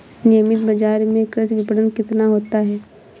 नियमित बाज़ार में कृषि विपणन कितना होता है?